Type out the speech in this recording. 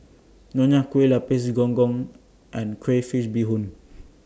Nonya Kueh Lapis Gong Gong and Crayfish Beehoon